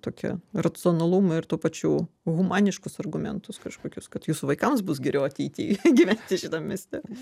tokį racionalumą ir tuo pačiu humaniškus argumentus kažkokius kad jūsų vaikams bus geriau ateity gyventi šitam mieste